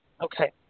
okay